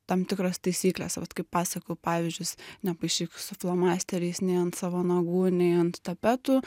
tam tikros taisyklės vat kaip pasakojau pavyzdžius nepaišyk su flomasteriais nei ant savo nagų nei ant tapetų